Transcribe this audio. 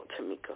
Tamika